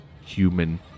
human